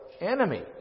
enemy